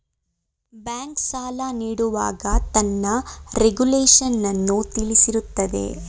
bank, ಸಾಲ ನೀಡುವಾಗ ತನ್ನ ರೆಗುಲೇಶನ್ನನ್ನು ತಿಳಿಸಿರುತ್ತದೆ